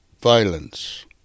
Violence